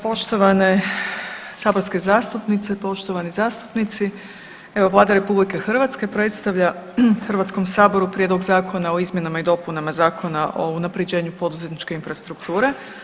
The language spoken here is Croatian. Poštovane saborske zastupnice, poštovani zastupnici, evo Vlada RH predstavlja Hrvatskom saboru Prijedlog Zakona o izmjenama i dopunama Zakona o unapređenju poduzetničke infrastrukture.